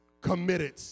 committed